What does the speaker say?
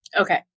Okay